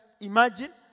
imagine